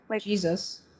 Jesus